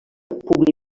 publi